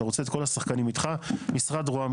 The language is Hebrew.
אתה רוצה את כל השחקנים איתך: משרד רוה"מ,